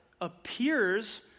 appears